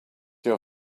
your